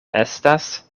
estas